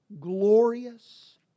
glorious